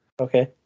Okay